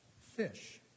fish